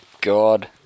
God